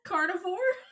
Carnivore